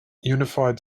unified